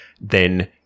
then-